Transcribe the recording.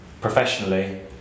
professionally